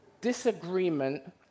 disagreement